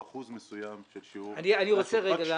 אחוז מסוים של שיעור --- אני רוצה רגע.